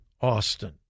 Austin